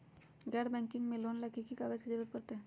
गैर बैंकिंग से लोन ला की की कागज के जरूरत पड़तै?